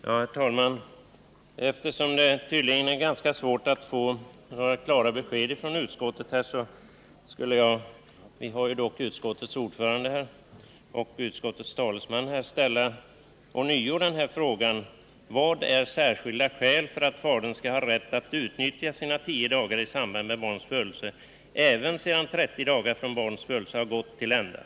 Herr talman! Eftersom det tydligen är ganska svårt att få några klara besked från utskottet vill jag ånyo — vi har dock utskottets ordförande och utskottets talesman här — ställa följande fråga: Vad innefattas i begreppet ”särskilda skäl”, som krävs för att fadern skall ha rätt att utnyttja sina 10 dagar i samband med barns födelse även sedan 30 dagar från barnets födelse har gått till ända?